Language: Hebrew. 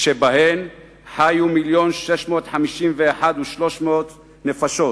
שבהן חיו מיליון ו-651,300 נפשות,